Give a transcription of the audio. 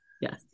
Yes